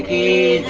ah a